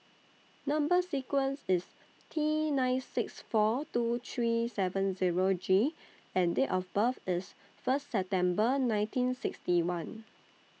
Number sequence IS T nine six four two three seven Zero G and Date of birth IS First December nineteen sixty one